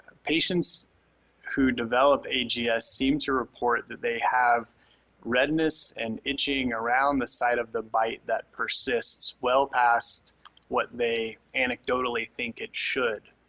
patients who develop ags yeah seem to report that they have redness and itching around the side of the bite that persists well past what they anecdotally think it should.